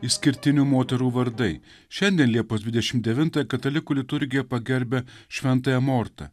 išskirtinių moterų vardai šiandien liepos dvidešim devintą katalikų liturgija pagerbia šventąją morta